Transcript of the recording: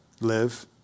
Live